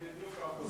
הם בדיוק האופוזיציה,